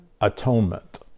Atonement